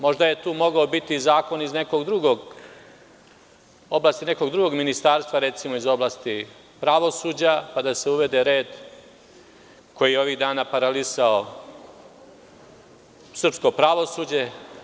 Možda je tu mogao biti zakon iz oblasti nekog drugog ministarstva, recimo iz oblasti pravosuđa, pa da se uvede red koji je ovih dana paralisao srpsko pravosuđe.